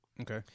Okay